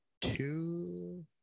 two